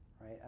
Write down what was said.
right